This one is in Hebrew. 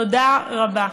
תודה רבה.